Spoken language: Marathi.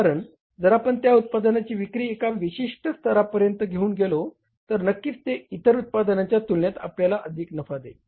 कारण जर आपण त्या उत्पादनाची विक्री एका विशिष्ट स्तरा पर्यंत घेउन गेलो तर नक्कीच ते इतर उत्पादनांच्या तुलनेत आपल्याला अधिक नफा देईल